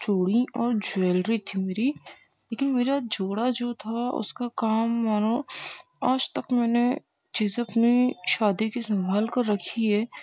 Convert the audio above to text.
چوڑی اور جویلری تھی میری کیونکہ میرا جوڑا جو تھا اس کا کام مانو آج تک میں نے چیزیں اپنی شادی کی سنبھال کر رکھی ہے